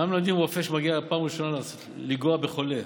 מה המלמדים רופא שמגיע פעם ראשונה לנגוע בחולה?